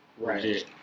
Right